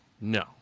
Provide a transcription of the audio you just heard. no